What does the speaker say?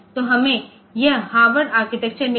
तो हमें यह हार्वर्ड आर्किटेक्चर मिला है